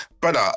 Brother